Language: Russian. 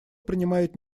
принимает